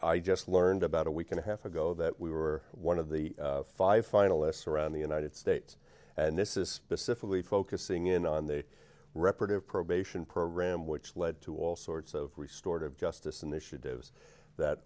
i just learned about a week and a half ago that we were one of the five finalists around the united states and this is specifically focusing in on the reparative probation program which led to all sorts of restored of justice initiatives that